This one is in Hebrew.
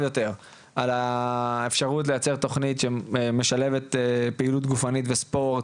יותר על האפשרות לייצר תוכנית שמשלבת פעילות גופנית וספורט